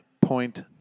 point